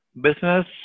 business